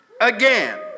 again